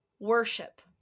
Worship